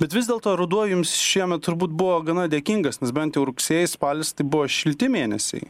bet vis dėlto ruduo jums šiemet turbūt buvo gana dėkingas nes bent jau rugsėjis spalis tai buvo šilti mėnesiai